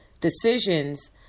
decisions